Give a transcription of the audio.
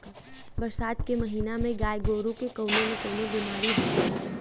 बरसात के महिना में गाय गोरु के कउनो न कउनो बिमारी हो जाला